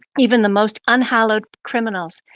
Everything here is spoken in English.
even the most un-hal lowed criminals,